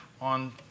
on